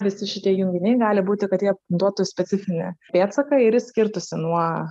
visi šitie junginiai gali būti kad jie duotų specifinį pėdsaką ir jis skirtųsi nuo